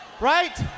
Right